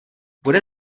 bude